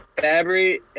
fabry